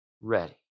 ready